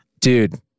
dude